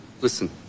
Listen